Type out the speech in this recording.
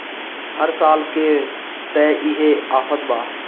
हर साल के त इहे आफत बा